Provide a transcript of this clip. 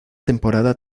temporada